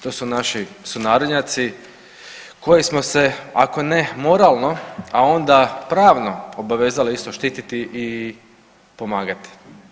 To su naši sunarodnjaci kojih smo se ako ne moralno a onda pravno obvezali isto štititi i pomagati.